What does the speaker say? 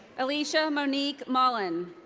alichia monique mullen.